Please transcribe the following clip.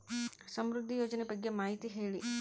ಸಮೃದ್ಧಿ ಯೋಜನೆ ಬಗ್ಗೆ ಮಾಹಿತಿ ಹೇಳಿ?